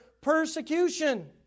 persecution